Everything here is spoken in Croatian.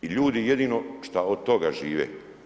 I ljudi jedino što od toga žive.